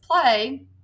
play